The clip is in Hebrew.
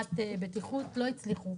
חגורת בטיחות לא הצליחו,